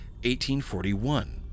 1841